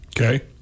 Okay